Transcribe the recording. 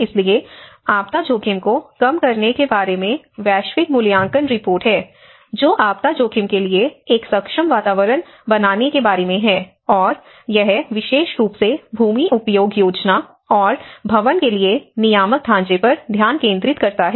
इसलिए आपदा जोखिम को कम करने के बारे में वैश्विक मूल्यांकन रिपोर्ट है जो आपदा जोखिम के लिए एक सक्षम वातावरण बनाने के बारे में है और यह विशेष रूप से भूमि उपयोग योजना और भवन के लिए नियामक ढांचे पर ध्यान केंद्रित करता है